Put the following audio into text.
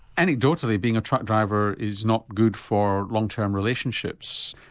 anecdotally being a truck driver is not good for long term relationships,